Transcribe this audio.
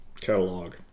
catalog